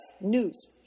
news